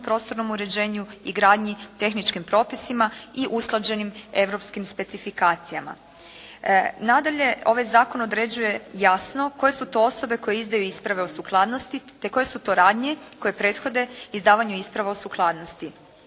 prostornom uređenju i gradnji, tehničkim propisima i usklađenim europskim specifikacijama. Nadalje, ovaj zakon određuje jasno koje su to osobe koje izdaju isprave o sukladnosti te koje su to radnje koje prethode izdavanje isprave o sukladnosti.